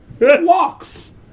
walks